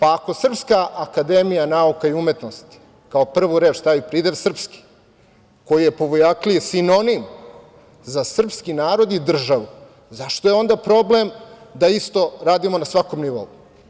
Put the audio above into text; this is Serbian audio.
Ako Srpska akademija nauke i umetnosti kao prvu reč stavi pridev srpski, koji je po Vujakliji sinonim za srpski narod i državu, zašto je onda problem da isto radimo na svakom nivou.